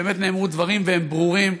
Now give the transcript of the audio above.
באמת נאמרו דברים והם ברורים.